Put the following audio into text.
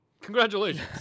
Congratulations